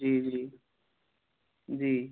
जी जी जी